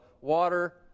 water